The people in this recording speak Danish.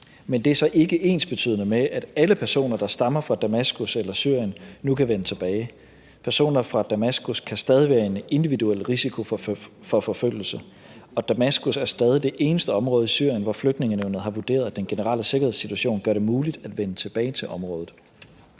Men det er så ikke ensbetydende med, at alle personer, der stammer fra Damaskus eller Syrien, nu kan vende tilbage. Personer fra Damaskus kan stadig være i individuel risiko for forfølgelse, og Damaskus er stadig det eneste område i Syrien, hvor Flygtningenævnet har vurderet, at den generelle sikkerhedssituation gør det muligt at vende tilbage til området.